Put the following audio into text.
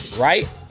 right